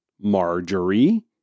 Marjorie